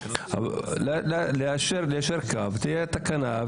צריך ליישר קו שתהיה תקנה,